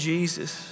Jesus